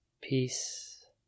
Peace